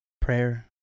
Prayer